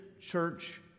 church